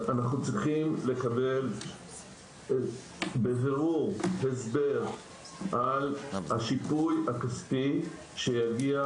אנחנו צריכים לקבל בבירור הסבר על השיפוי הכספי שיגיע